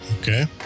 Okay